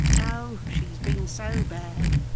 oh, she has been so bad